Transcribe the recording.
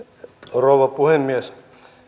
rouva puhemies